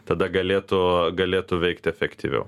tada galėtų galėtų veikti efektyviau